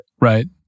Right